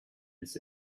his